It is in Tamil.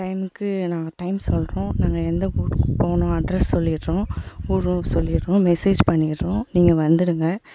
டைமுக்கு நாங்கள் டைம் சொல்கிறோம் நாங்கள் எந்த ஊருக்கு போகணும் அட்ரஸ் சொல்லிடுறோம் ஊரும் சொல்லிடுறோம் மெசேஜ் பண்ணிடுறோம் நீங்கள் வந்துவிடுங்க